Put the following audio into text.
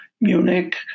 Munich